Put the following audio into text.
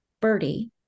Birdie